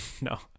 no